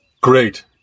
great